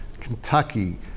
Kentucky